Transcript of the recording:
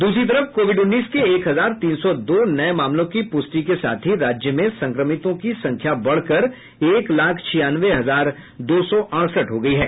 दूसरी तरफ कोविड उन्नीस के एक हजार तीन सौ दो नये मामलों की पुष्टि के साथ ही राज्य में संक्रमितों की संख्या बढ़कर एक लाख छियानवे हजार दो सौ अड़सठ हो गयी है